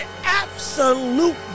absolute